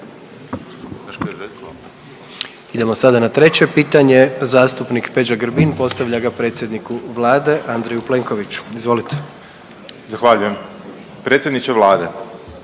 Idemo sada na 3. pitanje, zastupnik Peđa Grbin postavlja ga predsjedniku Vlade Andreju Plenkoviću, izvolite. **Grbin, Peđa (SDP)** Zahvaljujem. Predsjedniče Vlade,